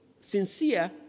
sincere